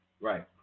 Right